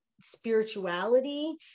spirituality